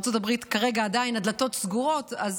בארצות הברית כרגע עדיין הדלתות סגורות, אז